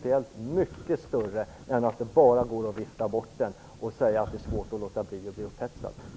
Den är mycket för stor för att den skall kunna viftas undan med kommentaren att det är svårt att låta bli att bli upphetsad över detta.